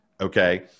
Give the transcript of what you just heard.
Okay